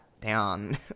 down